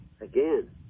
Again